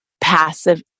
passive